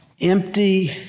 empty